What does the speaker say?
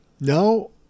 No